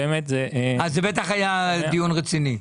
אז זה בטח היה דיון רציני.